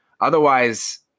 Otherwise